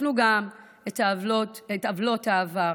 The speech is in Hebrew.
ותקנו גם את עוולות העבר.